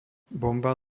bomba